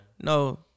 no